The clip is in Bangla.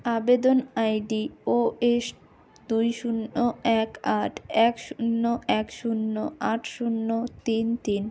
আবেদন আইডি ও এস দুই শূন্য এক আট এক শূন্য এক শূন্য আট শূন্য তিন তিন